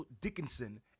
Dickinson